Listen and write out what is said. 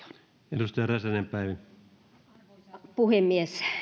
arvoisa puhemies